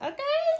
Okay